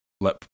let